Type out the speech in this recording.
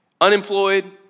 unemployed